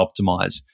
optimize